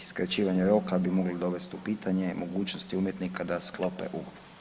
Skraćivanje roka bi moglo dovesti u pitanje mogućnost umjetnika da sklope ugovor.